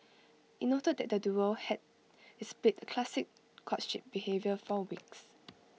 IT noted that the duo had displayed classic courtship behaviour for weeks